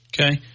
Okay